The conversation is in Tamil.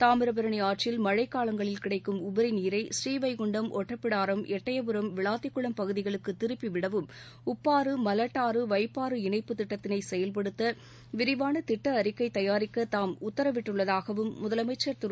தாமிரபரணி ஆற்றில் மழைக் காலங்களில் கிடைக்கும் உபரி நீரை ஸ்ரீவைகுண்டம் ஒட்டப்பிடாரம் எட்டயபுரம் விளாத்திக்குளம் பகுதிகளுக்கு திருப்பி விடவும் உப்பாறு மலட்டாறு வைப்பாறு இணைப்புத் திட்டத்தினை செயல்படுத்த விரிவான திட்ட அறிக்கை தயாரிக்க தாம் உத்தரவிட்டுள்ளதாகவும் முதலமைச்சர் திரு